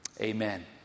Amen